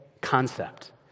concept